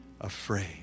afraid